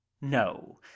no